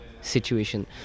situation